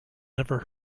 never